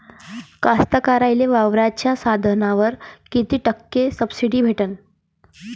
कास्तकाराइले वावराच्या साधनावर कीती टक्के सब्सिडी भेटते?